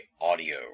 Audio